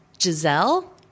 Giselle